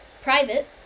private